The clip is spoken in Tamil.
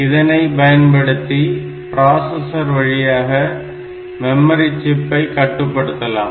இதனை பயன்படுத்தி பிராசஸர் வழியாக மெமரி சிப்பை கட்டுப்படுத்தலாம்